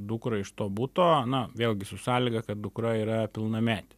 dukrą iš to buto na vėlgi su sąlyga kad dukra yra pilnametė